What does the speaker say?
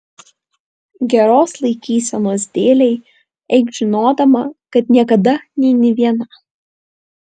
geros laikysenos dėlei eik žinodama kad niekada neini viena